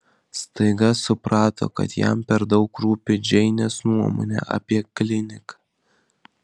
staiga suprato kad jam per daug rūpi džeinės nuomonė apie kliniką